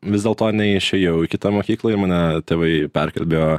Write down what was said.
vis dėlto neišėjau į kitą mokyklą ir mane tėvai perkalbėjo